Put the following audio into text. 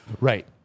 Right